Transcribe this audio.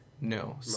No